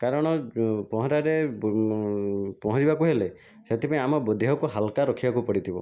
କାରଣ ଯେଉଁ ପହଁରାରେ ପହଁରିବାକୁ ହେଲେ ସେଥିପାଇଁ ଆମ ଦେହକୁ ହାଲୁକା ରଖିବାକୁ ପଡ଼ିଥିବ